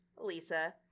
lisa